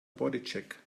bodycheck